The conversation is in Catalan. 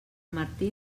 martí